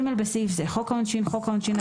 בסעיף זה "חוק העונשין" חוק העונשין,